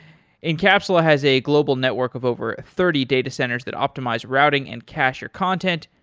encapsula has a global network of over thirty data centers that optimize routing and cacher content.